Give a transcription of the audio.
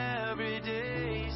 everyday